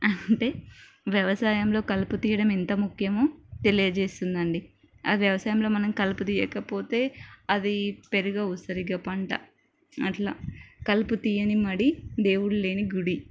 అంటే వ్యవసాయంలో కలుపు తియ్యడం ఎంత ముఖ్యమో తెలియచేస్తుందండి ఆ వ్యవసాయంలో మనం కలుపు తియ్యకపోతే అది పెరగవు సరిగ్గా పంట అట్లా కలుపు తియ్యని మడి దేవుడు లేని గుడి